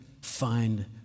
find